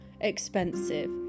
expensive